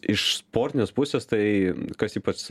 iš sportinės pusės tai kas ypač